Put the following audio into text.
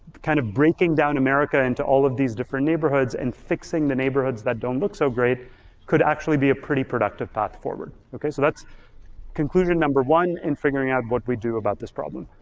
kind of breaking down america into all of these different neighborhoods and fixing the neighborhoods that don't look so great could actually be a pretty productive path forward, okay? so that's conclusion number one in figuring out what we do about this problem.